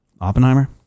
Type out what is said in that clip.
Oppenheimer